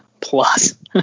plus